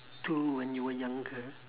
to when you were younger